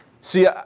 See